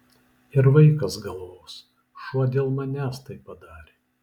ir vaikas galvos šuo dėl manęs tai padarė